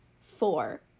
four